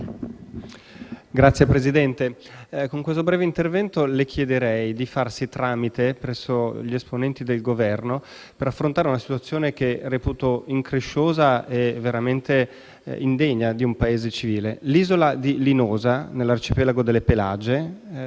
Signor Presidente, con questo breve intervento le chiederei di farsi tramite presso gli esponenti del Governo per affrontare una situazione che reputo incresciosa e veramente indegna di un Paese civile. L'isola di Linosa nell'arcipelago delle Pelagie